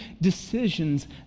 decisions